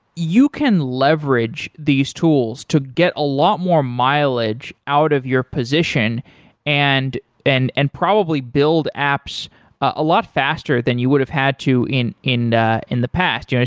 you can leverage these tools to get a lot more mileage out of your position and and and probably build apps a lot faster than you would have had to in in ah in the past, you know